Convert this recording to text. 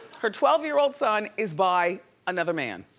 her twelve year old son is by another man.